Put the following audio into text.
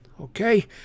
Okay